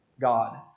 God